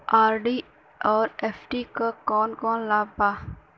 RD और FD क कौन कौन लाभ बा?